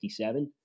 57